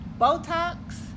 Botox